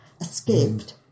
escaped